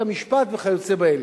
את המשפט וכיוצא באלה.